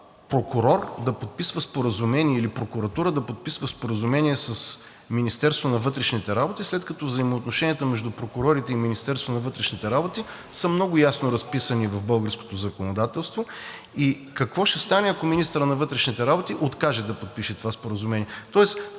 прокурор да подписва споразумение или прокуратура да подписва споразумение с Министерството на вътрешните работи, след като взаимоотношенията между прокурорите и Министерството на вътрешните работи са много ясно разписани в българското законодателство и какво ще стане, ако министърът на вътрешните работи откаже да подпише това споразумение,